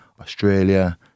Australia